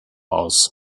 aus